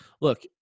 look